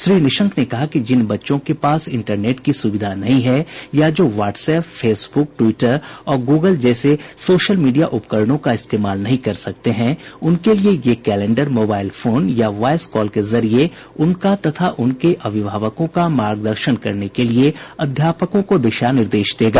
श्री निशंक ने कहा कि जिन बच्चों के पास इंटरनेट की सुविधा नहीं है या जो व्हाट्सएप फेसबुक टि्वटर और गूगल जैसे सोशल मीडिया उपकरणों का इस्तेमाल नहीं कर सकते हैं उनके लिये ये कैलेंडर मोबाइल फोन या वॉइसकॉल के जरिए उनका तथा उनके अभिभावकों का मार्गदर्शन करने के लिए आध्यापकों को दिशा निर्देश देगा